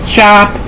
Shop